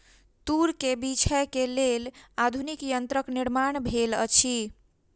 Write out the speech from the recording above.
तूर के बीछै के लेल आधुनिक यंत्रक निर्माण भेल अछि